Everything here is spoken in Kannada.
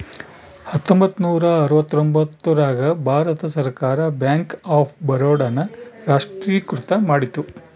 ಹತ್ತೊಂಬತ್ತ ನೂರ ಅರವತ್ತರ್ತೊಂಬತ್ತ್ ರಾಗ ಭಾರತ ಸರ್ಕಾರ ಬ್ಯಾಂಕ್ ಆಫ್ ಬರೋಡ ನ ರಾಷ್ಟ್ರೀಕೃತ ಮಾಡಿತು